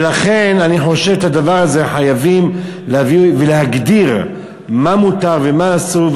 ולכן אני חושב שאת הדבר הזה חייבים להביא ולהגדיר מה מותר ומה אסור,